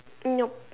nope